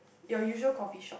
your usual coffee shop